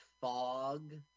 fog